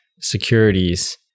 securities